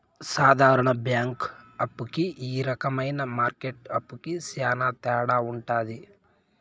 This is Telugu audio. సాధారణ బ్యాంక్ అప్పు కి ఈ రకమైన మార్కెట్ అప్పుకి శ్యాన తేడా ఉంటది